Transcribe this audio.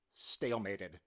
stalemated